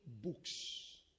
books